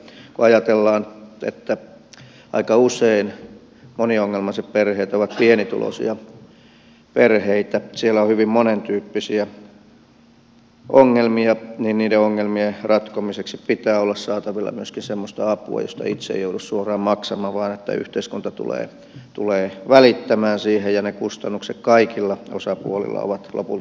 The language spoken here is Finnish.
kun ajatellaan että aika usein moniongelmaiset perheet ovat pienituloisia perheitä siellä on hyvin monentyyppisiä ongelmia niin niiden ongelmien ratkomiseksi pitää olla saatavilla myöskin semmoista apua josta itse ei joudu suoraan maksamaan vaan että yhteiskunta tulee välittämään siihen jolloin ne kustannukset kaikilla osapuolilla ovat lopulta pienempiä